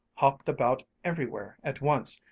hopped about everywhere at once,